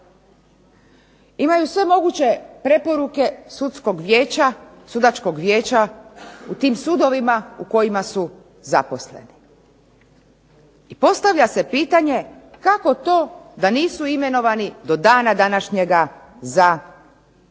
Imaju sve moguće preporuke sudskog vijeća, sudačkog vijeća u tim sudovima u kojima su zaposleni. I postavlja se pitanje kako to da nisu imenovani do dana današnjega za pravosudne